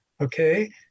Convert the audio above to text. okay